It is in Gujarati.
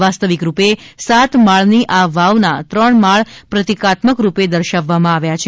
વાસ્તવિક રૂપે સાત માળની આ વાવના ત્રણ માળ પ્રતિકાત્મક રૂપે દર્શાવવામાં આવ્યા છે